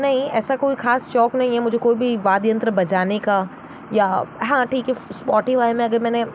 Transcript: नहीं ऐसा कोई ख़ास शौक नहीं है मुझे कोई भी वाद्ययंत्र बजाने का या हाँ ठीक है स्पॉटीफाई में अगर मैंने